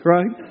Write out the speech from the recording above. Right